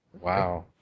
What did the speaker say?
Wow